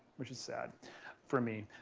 which is sad for me.